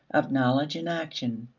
of knowledge and action.